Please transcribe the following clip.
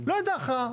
לא הייתה הכרעה.